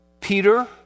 Peter